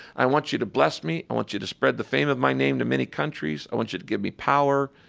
i want you to bless me. i want you to spread the fame of my name to many countries. i want you to give me power,